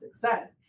success